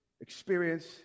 experience